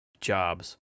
jobs